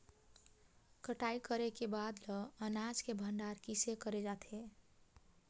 कटाई करे के बाद ल अनाज के भंडारण किसे करे जाथे?